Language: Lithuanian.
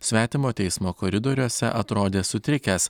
svetimo teismo koridoriuose atrodė sutrikęs